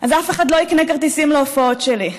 אז אף אחד לא יקנה כרטיסים להופעות שלי,